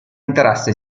interesse